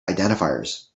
identifiers